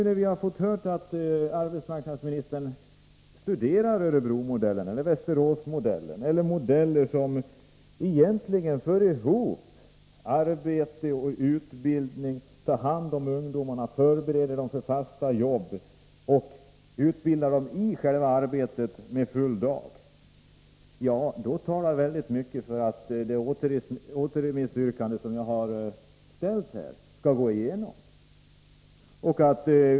När vi nu har fått höra att arbetsmarknadsministern studerar Örebromodellen, Västeråsmodellen och andra modeller där man för ihop arbete och utbildning, tar hand om ungdomarna, förbereder dem för fasta jobb och under full dag utbildar dem i själva arbetet, talar mycket för att det återremissyrkande som jag här har ställt skall gå igenom.